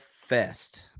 fest